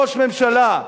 ראש ממשלה.